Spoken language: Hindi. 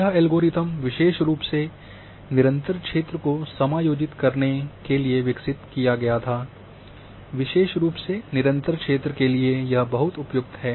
यह एल्गोरिथ्म विशेष रूप से निरंतर क्षेत्र को समायोजित करने के लिए विकसित किया गया था विशेष रूप से निरंतर क्षेत्र के लिए यह बहुत उपयुक्त है